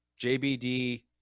JBD